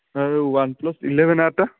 ma'am OnePlus eleven ଆର୍ଟା